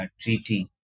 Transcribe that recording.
treaty